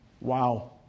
Wow